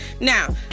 now